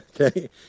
okay